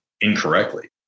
incorrectly